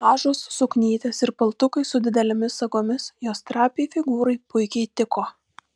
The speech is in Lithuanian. mažos suknytės ir paltukai su didelėmis sagomis jos trapiai figūrai puikiai tiko